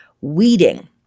weeding